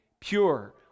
pure